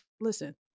listen